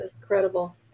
incredible